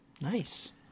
nice